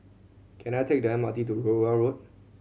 can I take the M R T to Rowell Road